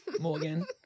Morgan